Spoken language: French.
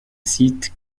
site